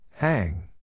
Hang